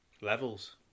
levels